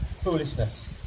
foolishness